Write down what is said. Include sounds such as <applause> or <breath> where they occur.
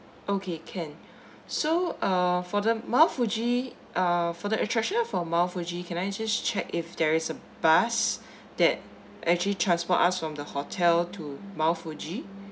okay can <breath> so uh for the mount fuji uh for the attraction of for mount fuji can I just check if there is a bus that actually transport us from the hotel to mount fuji